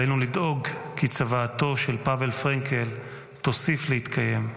עלינו לדאוג כי צוואתו של פאוול פרנקל תוסיף להתקיים.